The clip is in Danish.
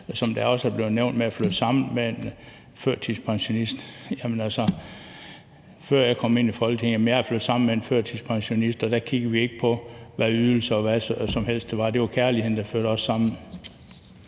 sige noget til det her med at flytte sammen med en førtidspensionist, som også er blevet nævnt. Før jeg kom ind i Folketinget, flyttede jeg sammen med en førtidspensionist, og der kiggede vi ikke på, hvad ydelser eller noget som helst andet var. Det var kærligheden, der førte os sammen.